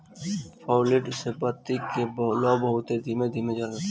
fluid से बत्ती के लौं बहुत ही धीमे धीमे जलता